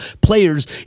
players